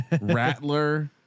Rattler